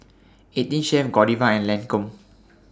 eighteen Chef Godiva and Lancome